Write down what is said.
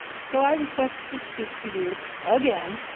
so i requested to speak to you again,